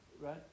right